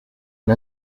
une